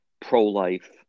pro-life